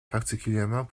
particulièrement